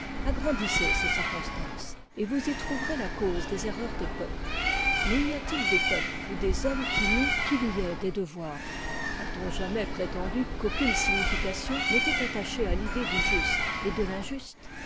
agrandissez ces circonstances et vous y trouverez la cause ded erreurs des peuples mais y a t t des peuples ou des hommes qui nient qu'it y ait des devoirs a t onjamais prétendu qu'aucune signification n'était attachée à l'idée du juste et de l'injuste